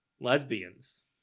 Lesbians